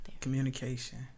communication